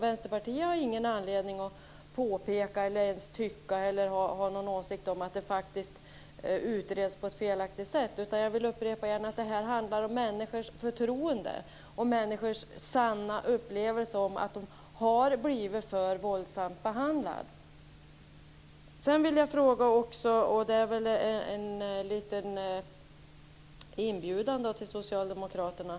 Vänsterpartiet har ingen anledning att påpeka eller anse att ärendena utreds på ett felaktigt sätt, utan jag vill upprepa att det här handlar om människors förtroende och människors sanna upplevelse av att ha blivit för våldsamt behandlade. Jag vill också göra en liten inbjudan till socialdemokraterna.